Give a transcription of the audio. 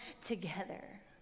together